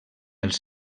els